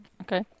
Okay